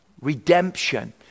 redemption